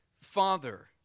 Father